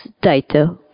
data